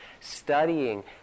studying